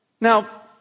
Now